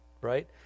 right